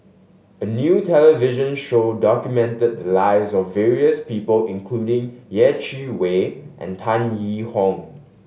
a new television show documented the lives of various people including Yeh Chi Wei and Tan Yee Hong